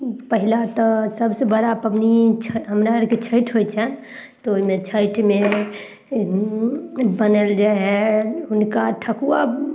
पहिला तऽ सभसँ बड़ा पबनी हमरा आरके छैठ होइ छनि तऽ ओइमे छैठमे बनाओल जाइ हइ हुनका ठकुआ